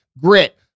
grit